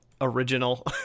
original